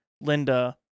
Linda